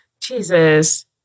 Jesus